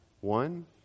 One